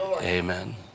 Amen